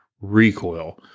recoil